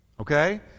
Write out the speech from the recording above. Okay